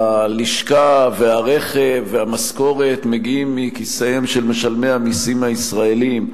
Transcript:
והלשכה והרכב והמשכורת מגיעים מכיסיהם של משלמי המסים הישראלים,